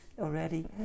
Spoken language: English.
already